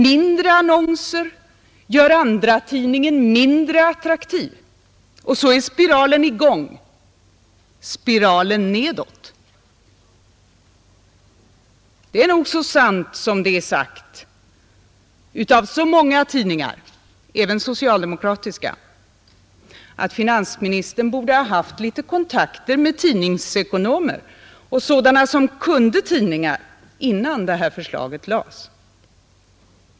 Mindre annonser gör andratidningen mindre attraktiv, och så är spiralen i gång — spiralen Det är nog så sant som det är sagt av så många tidningar — även socialdemokratiska — att finansministern borde ha haft litet kontakter med tidningsekonomer och sådana som kunde tidningar innan det här förslaget lades fram.